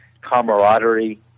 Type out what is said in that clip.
camaraderie